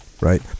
Right